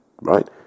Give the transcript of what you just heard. Right